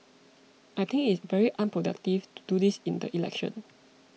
I think it is very unproductive to do this in the election